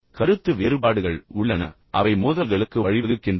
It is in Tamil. கருத்து வேறுபாடுகள் உள்ளன அவை மோதல்களுக்கு வழிவகுக்கின்றன